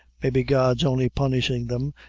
maybe god's only punishing them,